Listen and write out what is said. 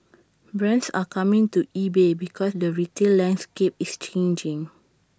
brands are coming to E bay because the retail landscape is changing